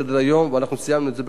ואנחנו סיימנו את זה בקריאה ראשונה.